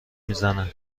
میزنه